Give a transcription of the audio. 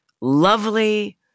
lovely